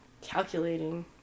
Calculating